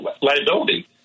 liability